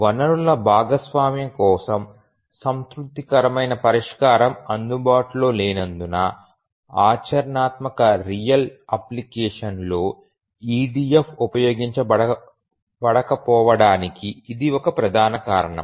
వనరుల భాగస్వామ్యం కోసం సంతృప్తికరమైన పరిష్కారం అందుబాటులో లేనందున ఆచరణాత్మక రియల్ అప్లికేషన్లలో EDF ఉపయోగించబడకపోవడానికి ఇది ఒక ప్రధాన కారణం